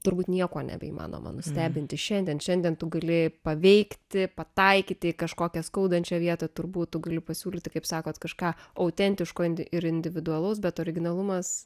turbūt nieko nebeįmanoma nustebinti šiandien šiandien tu gali paveikti pataikyti į kažkokią skaudančią vietą turbūt tu gali pasiūlyti kaip sakot kažką autentiško indi ir individualaus bet originalumas